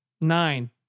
Nine